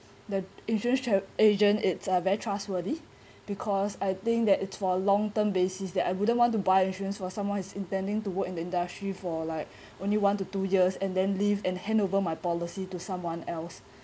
the insurance agent it's a very trustworthy because I think that it's for a long term basis that I wouldn't want to buy insurance for someone is intending to work in the industry for like only one to two years and then leave and hand over my policy to someone else